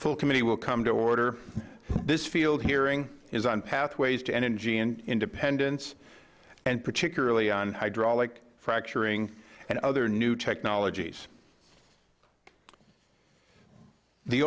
full committee will come to order this field hearing is on pathway to energy independence and particularly on hydraulic fracturing and other new technologies the